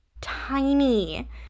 tiny